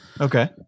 Okay